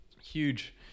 huge